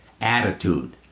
Attitude